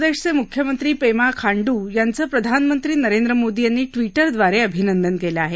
अरुणाचल प्रदेशचे मुख्यमंत्री पेमा खांडू यांचं प्रधानमंत्री नरेंद्र मोदी यांनी ट्विटरद्वारे अभिनंदन केलं आहे